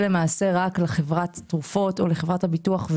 למעשה רק לחברת תרופות או לחברת הביטוח,